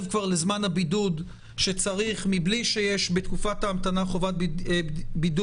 כבר לזמן הבידוד שצריך מבלי שיש בתקופת ההמתנה חובת בידוד.